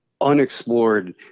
unexplored